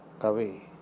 away